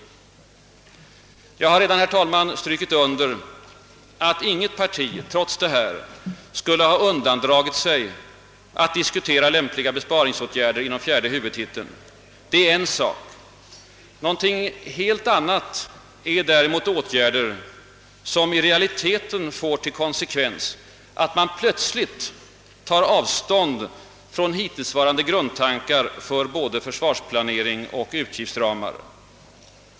Jag har redan, herr talman, strukit under att inget parti trots detta skulle ha undandragit sig att diskutera lämpliga besparingsåtgärder under fjärde huvudtiteln. Det är en sak. Något helt annat är däremot åtgärder som i realiteten får till konsekvens att man plötsligt tar avstånd från hittillsvarande grundtankar för både försvarsplanering och utgiftsramar.